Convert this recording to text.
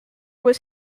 was